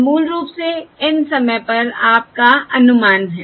यह मूल रूप से N समय पर आपका अनुमान है